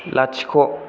लाथिख'